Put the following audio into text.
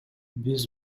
биз